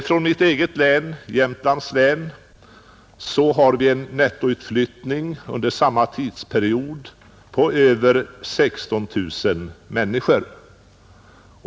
Från mitt eget län, Jämtlands län, har vi en nettoutflyttning under samma tidsperiod på över 16 000 människor.